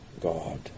God